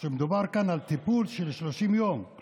שמדובר על טיפול של 30 יום,